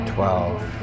Twelve